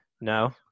No